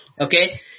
Okay